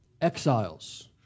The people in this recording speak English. exiles